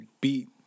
beat